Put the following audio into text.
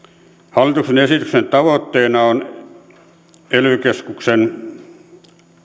hallituksen esityksen tavoitteena on että ely keskuksen